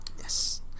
Yes